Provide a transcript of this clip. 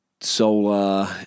solar